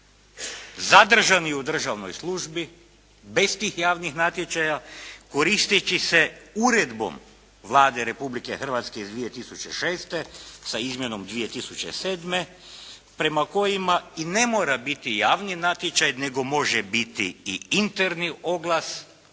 zadržani u državnoj službi bez tih javnih natječaja, koristeći se Uredbom Vlade Republike Hrvatske iz 2006., sa izmjenom 2007., prema kojima i ne mora biti javni natječaj nego može biti i interni oglas